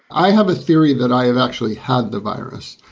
i have a theory that i have actually had the virus